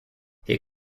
here